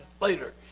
later